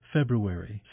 February